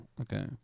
Okay